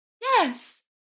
Yes